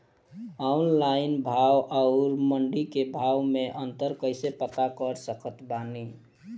Online भाव आउर मंडी के भाव मे अंतर कैसे पता कर सकत बानी?